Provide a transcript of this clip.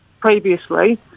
previously